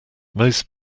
most